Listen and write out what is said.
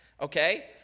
okay